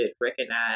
recognize